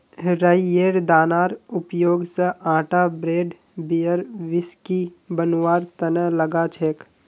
राईयेर दानार उपयोग स आटा ब्रेड बियर व्हिस्की बनवार तना लगा छेक